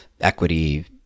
equity